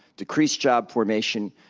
decreased job formation,